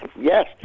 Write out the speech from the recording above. yes